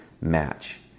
match